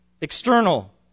external